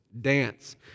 dance